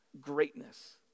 greatness